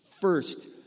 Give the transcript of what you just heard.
first